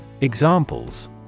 Examples